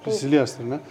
prisiliest ar ne